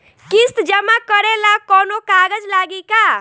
किस्त जमा करे ला कौनो कागज लागी का?